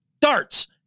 darts